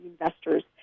investors